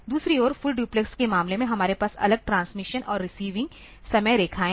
दूसरी ओर full duplex के मामले में हमारे पास अलग ट्रांसमिशन और रिसीविंग समय रेखाएं हैं